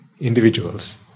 individuals